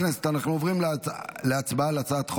להלן תוצאות ההצבעה: 18 בעד, אחד מתנגד, אחד נמנע.